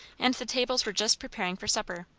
and the tables were just preparing for supper.